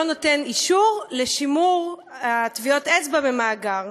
נותן אישור לשמירת טביעות האצבע במאגר.